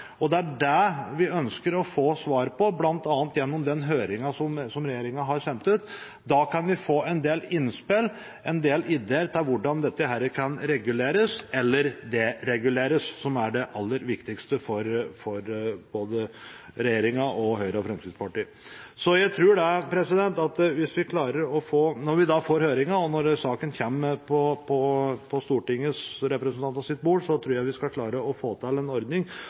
og det er det vi ønsker å få svar på bl.a. gjennom den høringen som regjeringen har sendt ut. Da kan vi få en del innspill, en del ideer om hvordan dette kan reguleres eller dereguleres, som er det aller viktigste for både regjeringen og Høyre og Fremskrittspartiet. Når vi får høringen, og når saken kommer på stortingsrepresentantenes bord, tror jeg vi skal klare å få til en ordning